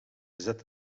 zet